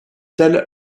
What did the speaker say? tel